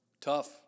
tough